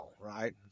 right